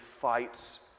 fights